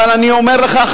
אבל אני אומר לך,